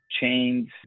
chains